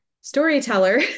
Storyteller